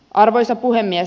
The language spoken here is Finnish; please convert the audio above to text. arvoisa puhemies